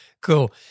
Cool